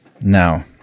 now